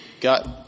got